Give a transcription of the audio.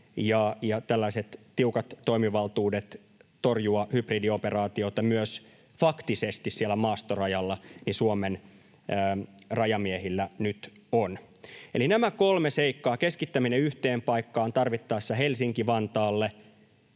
tällaiset tiukat toimivaltuudet torjua hybridioperaatioita myös faktisesti siellä maastorajalla Suomen rajamiehillä nyt on. Eli nämä kolme seikkaa — keskittäminen yhteen paikkaan, tarvittaessa Helsinki-Vantaalle,